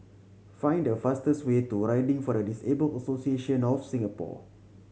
find the fastest way to Riding for the Disabled Association of Singapore